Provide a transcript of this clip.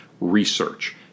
research